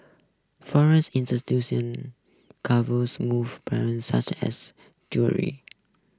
foreign covers move parents such as jewellery